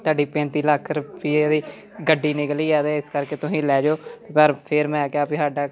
ਤੁਹਾਡੀ ਪੈਂਤੀ ਲੱਖ ਰੁਪਈਏ ਦੀ ਗੱਡੀ ਨਿਕਲੀ ਆ ਅਤੇ ਇਸ ਕਰਕੇ ਤੁਸੀਂ ਲੈ ਜਾਓ ਪਰ ਫਿਰ ਮੈਂ ਕਿਹਾ ਵੀ ਸਾਡਾ